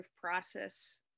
process